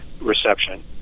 reception